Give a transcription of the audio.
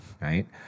right